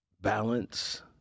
balance